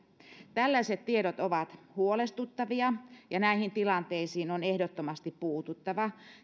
tällaiset tiedot ovat huolestuttavia ja näihin tilanteisiin on ehdottomasti puututtava